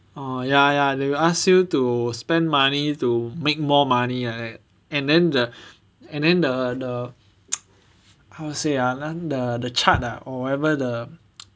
oh ya ya they will ask you to spend money to make more money right and then the and then the the how to say ah then the the chart ah or whatever the